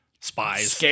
Spies